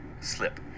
slip